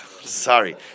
Sorry